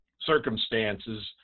circumstances